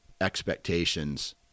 expectations